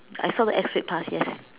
I saw the X rate pass yes